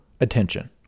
attention